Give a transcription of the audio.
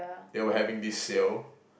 they were having this sale